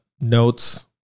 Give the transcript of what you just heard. notes